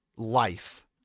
life